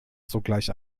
sogleich